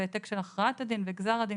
העתק של הכרעת הדין וגזר הדין,